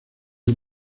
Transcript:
muy